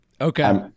Okay